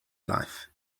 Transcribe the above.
life